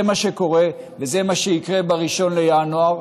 זה מה שקורה וזה מה שיקרה ב-1 בינואר,